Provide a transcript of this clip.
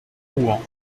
rouen